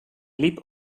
liep